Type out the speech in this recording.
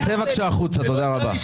תצא בבקשה החוצה, תודה רבה.